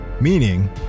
Meaning